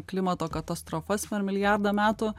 klimato katastrofas per milijardą metų